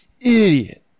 Idiot